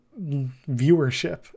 viewership